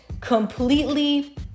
completely